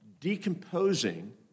decomposing